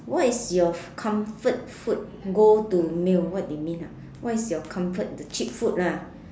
what is your comfort food go to meal what do you mean ah what is your comfort the cheap food lah